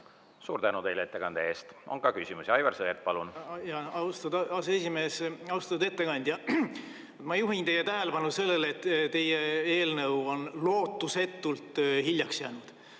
Suur tänu teile ettekande eest! On ka küsimusi. Aivar Sõerd, palun! Austatud aseesimees! Austatud ettekandja! Ma juhin teie tähelepanu sellele, et teie eelnõu on lootusetult hiljaks jäänud.